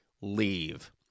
leave